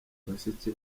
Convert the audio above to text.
bashiki